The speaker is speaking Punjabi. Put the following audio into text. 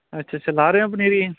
ਅੱਛਾ ਅੱਛਾ ਲਾ ਰਿਹਾ ਪਨੀਰੀ